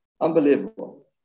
Unbelievable